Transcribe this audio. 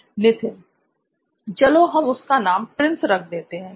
नित्थिन चलो हम उसका नाम प्रिंस रख देते हैं